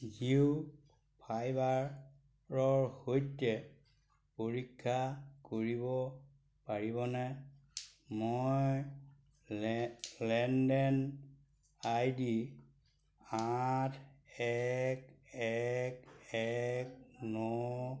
জিও ফাইবাৰৰ সৈতে পৰীক্ষা কৰিব পাৰিবনে মই লেনদেন আই ডি আঠ এক এক এক ন